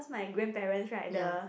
my grandparents right the